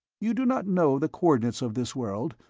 you do not know the coordinates of this world,